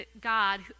God